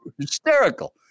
hysterical